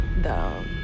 down